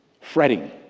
fretting